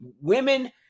women